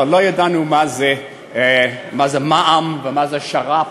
אבל לא ידענו מה זה מע"מ ומה זה שר"פ,